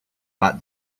but